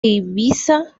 ibiza